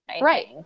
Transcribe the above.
Right